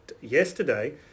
yesterday